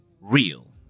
real